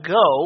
go